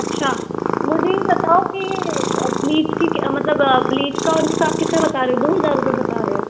अच्छा मुझे यह बताओ की ब्लीच की मतलब ब्लीच का और इसका आप कितना बता रहे हो दो हज़ार रूपये बता रहे हो